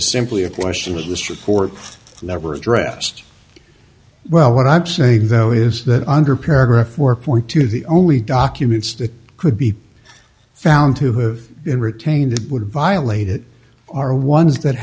simply a question of this report never addressed well what i'm saying though is that under paragraph were point two the only documents that could be found to have been retained would violate it are ones that